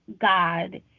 God